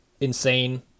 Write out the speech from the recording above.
insane